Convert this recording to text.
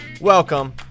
Welcome